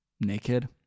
naked